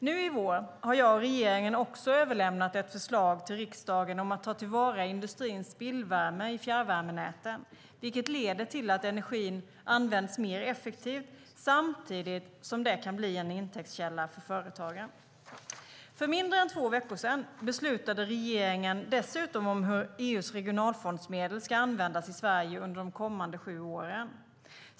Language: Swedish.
Nu i vår har jag och regeringen också överlämnat ett förslag till riksdagen om att ta till vara industrins spillvärme i fjärrvärmenäten, vilket leder till att energin används mer effektivt samtidigt som det kan bli en intäktskälla för företagen. För mindre än två veckor sedan beslutade regeringen dessutom om hur EU:s regionalfondsmedel ska användas i Sverige under de kommande sju åren.